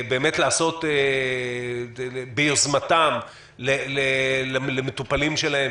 לעשות ביוזמתם למטופלים שלהם,